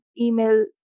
email